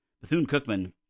Bethune-Cookman